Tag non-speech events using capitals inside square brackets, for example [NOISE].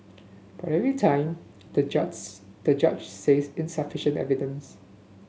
but every time the [UNINTELLIGIBLE] the judge says insufficient evidence